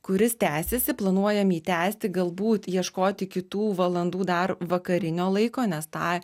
kuris tęsiasi planuojam jį tęsti galbūt ieškoti kitų valandų dar vakarinio laiko nes tą